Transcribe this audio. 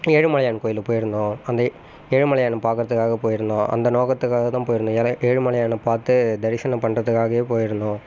ஏழுமலையான் கோயிலுக்கு போயிருந்தோம் அந்த ஏழுமலையானை பார்க்குறதுக்காக போயிருந்தோம் அந்த நோக்கத்துக்காக தான் போயிருந்தோம் ஏலு ஏ ஏழுமலையானை பார்த்து தரிசனம் பண்ணறதுக்காகயே போயிருந்தோம்